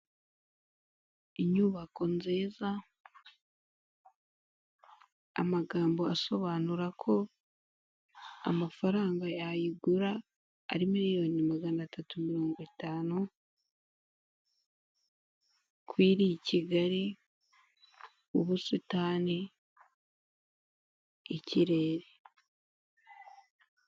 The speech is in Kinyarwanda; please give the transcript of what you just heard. Inyubako nziza, amagambo asobanura ko amafaranga yayigura ari miliyoni magana atatu mirongo itanu, ko iri i Kigali, ubusitani, ikirere,